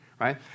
right